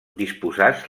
disposats